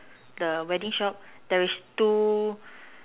the wedding shop there is two